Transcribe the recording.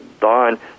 Don